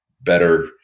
better